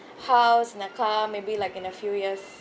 house and a car maybe like in a few years